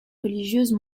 religieuses